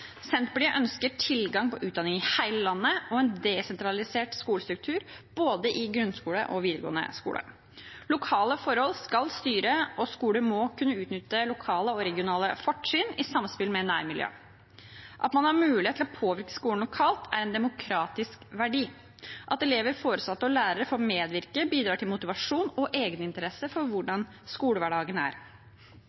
Senterpartiet ønsker tilgang på utdanning i hele landet og en desentralisert skolestruktur både i grunnskole og i videregående skole. Lokale forhold skal styre, og skoler må kunne utnytte lokale og regionale fortrinn i samspill med nærmiljøet. At man har mulighet til å påvirke skolen lokalt, er en demokratisk verdi. At elever, foresatte og lærere får medvirke, bidrar til motivasjon og egeninteresse for